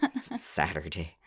Saturday